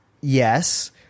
yes